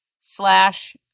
slash